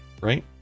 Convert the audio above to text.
right